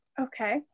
Okay